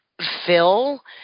fill